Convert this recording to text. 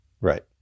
right